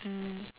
mm